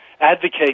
advocate